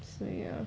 so ya